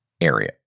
area